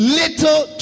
little